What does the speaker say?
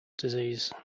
disease